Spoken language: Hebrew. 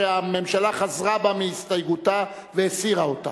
שהממשלה חזרה בה מהסתייגותה והסירה אותה.